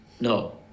No